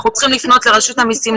אנחנו צריכים לפנות לרשות המסים,